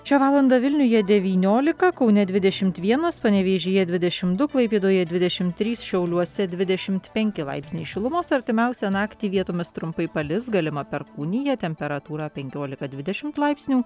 šią valandą vilniuje devyniolika kaune dvidešimt vienas panevėžyje dvidešimt du klaipėdoje dvidešim trys šiauliuose dvidešimt penki laipsniai šilumos artimiausią naktį vietomis trumpai palis galima perkūnija temperatūra penkiolika dvidešimt laipsnių